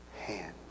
hand